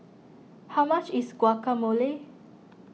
how much is Guacamole